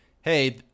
hey